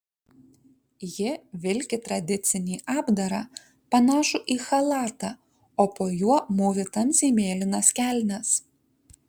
ji vilki tradicinį apdarą panašų į chalatą o po juo mūvi tamsiai mėlynas kelnes